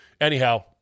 Anyhow